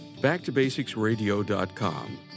backtobasicsradio.com